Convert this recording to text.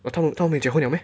他们他们没有结婚了 meh